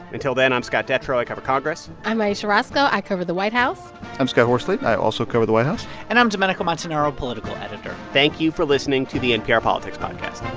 until then, i'm scott detrow. i cover congress i'm ayesha rascoe. i cover the white house i'm scott horsley. i also cover the white house and i'm domenico montanaro, political editor thank you for listening to the npr politics podcast